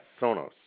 Sonos